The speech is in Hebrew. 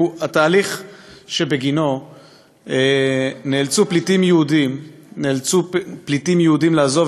התהליך שבגינו נאלצו פליטים יהודים לעזוב